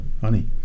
honey